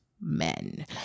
Men